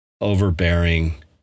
overbearing